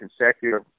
consecutive